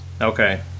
Okay